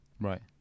Right